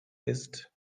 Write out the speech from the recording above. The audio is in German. ist